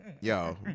yo